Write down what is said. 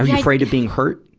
ah yeah afraid of being hurt?